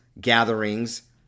gatherings